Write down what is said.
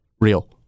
real